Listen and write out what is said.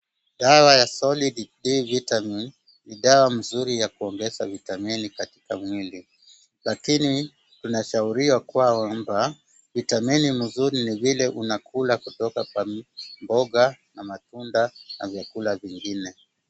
Dawa ya sol-D vitamin ni dawa mzuri ya kuongeza vitamini katika mwili. Lakini tunashauriwa kwamba vitamini mzuri ni vile unakula kutoka kwa mboga na matunda na vyakula vingine.